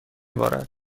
بارد